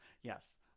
Yes